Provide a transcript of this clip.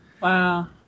Wow